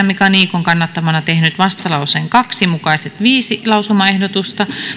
mika niikon kannattamana tehnyt vastalauseen kaksi mukaiset viisi lausumaehdotusta